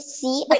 see